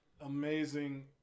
amazing